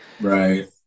right